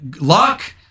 luck